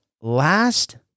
last